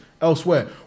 Elsewhere